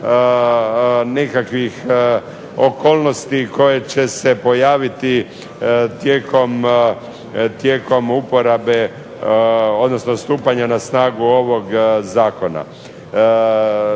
nekakvih okolnosti koje će se pojaviti tijekom uporabe odnosno stupanja na snagu ovog zakona.